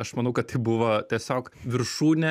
aš manau kad tai buvo tiesiog viršūnė